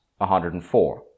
104